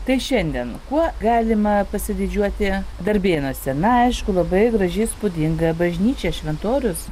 tai šiandien kuo galima pasididžiuoti darbėnuose na aišku labai graži įspūdinga bažnyčia šventorius